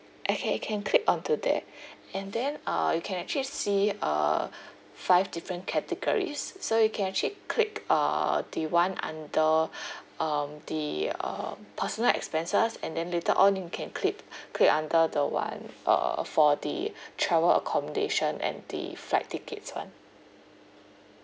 okay can click onto there and then uh you can actually see uh five different categories so you can actually click uh the one under um the um personal expenses and then later on you can clip click under the one uh for the travel accommodation and the flight tickets [one]